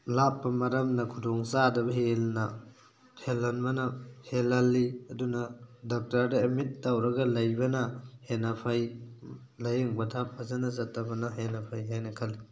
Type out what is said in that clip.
ꯂꯥꯞꯄ ꯃꯔꯝꯅ ꯈꯨꯗꯣꯡ ꯆꯥꯗꯕ ꯍꯦꯟꯅ ꯍꯦꯜꯍꯟꯕꯅ ꯍꯦꯜꯍꯜꯂꯤ ꯑꯗꯨꯅ ꯗꯣꯛꯇꯔꯗ ꯑꯦꯗꯃꯤꯠ ꯇꯧꯔꯒ ꯂꯩꯕꯅ ꯍꯦꯟꯅ ꯐꯩ ꯂꯥꯏꯌꯦꯡ ꯄꯊꯥꯞ ꯐꯖꯅ ꯆꯠꯊꯕꯅ ꯍꯦꯟꯅ ꯐꯩ ꯍꯥꯏꯅ ꯈꯜꯂꯤ